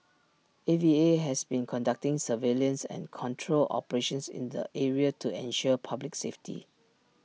A V A has been conducting surveillance and control operations in the area to ensure public safety